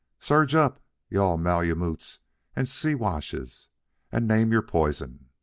surge up, you-all malemutes and siwashes, and name your poison!